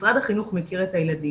משרד החינוך מכיר את הילדים.